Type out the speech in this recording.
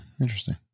Interesting